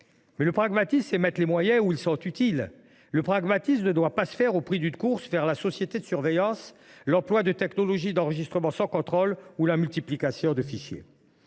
mais le pragmatisme, c’est mettre les moyens là où ils sont utiles. Le pragmatisme ne doit pas se faire au prix d’une course vers la société de surveillance, de l’emploi de technologies d’enregistrement sans contrôle, de la multiplication des fichiers,